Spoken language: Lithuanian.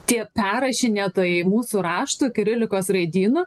tie perrašinėtojai mūsų raštų kirilikos raidynu